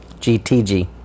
GTG